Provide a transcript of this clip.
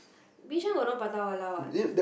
Bishan got no Prata-Wala what